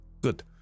good